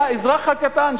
האזרח הקטן,